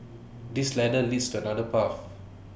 this ladder leads to another path